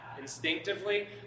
instinctively